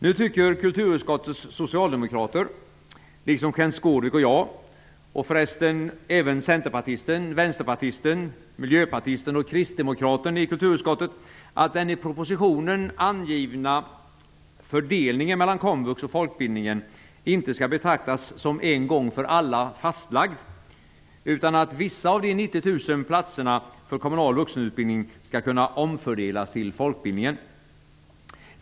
Nu tycker kulturutskottets socialdemokrater liksom Kenth Skårvik och jag, och förresten även centerpartisten, vänsterpartisten, miljöpartisten och kristdemokraten i kulturutskottet att den i propositionen angivna fördelningen mellan komvux och folkbildningen inte skall betraktas som en gång för alla fastlagd. Vi tycker att vissa av de 90 000 platserna för den kommunala vuxenutbildningen skall kunna omfördelas till folkbildningen.